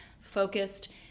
focused